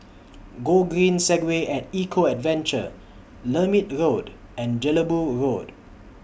Gogreen Segway At Eco Adventure Lermit Road and Jelebu Road